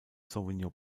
sauvignon